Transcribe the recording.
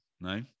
no